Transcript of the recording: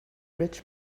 rich